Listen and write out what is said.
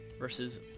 versus